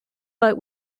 but